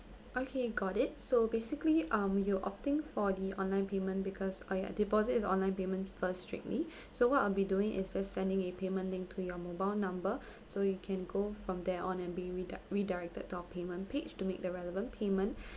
okay got it so basically um you're opting for the online payment because uh ya deposit is online payment first strictly so what I'll be doing is just sending a payment link to your mobile number so you can go from there on and be redi~ redirected to our payment page to make the relevant payment